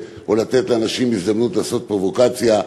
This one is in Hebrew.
או לתת לאנשים הזדמנות לעשות פרובוקציה.